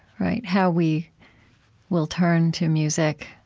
how we will turn to music